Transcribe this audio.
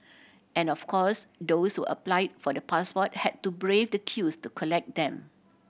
and of course those who apply for the passport had to brave the queues to collect them